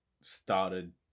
started